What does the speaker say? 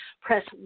Press